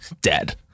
dead